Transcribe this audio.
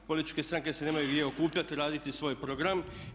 Političke stranke se nemaju gdje okupljati i raditi svoj program.